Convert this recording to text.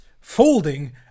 folding